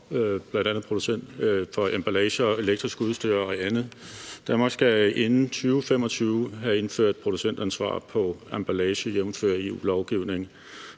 producentansvar for emballage og elektrisk udstyr og andet. Danmark skal inden 2025 have indført producentansvar på emballage jævnfør EU's lovgivning,